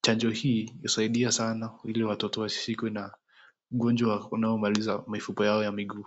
Chanjo hii husaidia sanaa ili watoto wasishikwe na ugonjwa unaomaliza mifupa yao ya miguu.